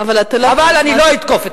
אבל אתה לא תוקף.